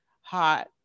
hot